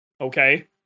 okay